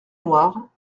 noirs